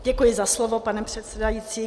Děkuji za slovo, pane předsedající.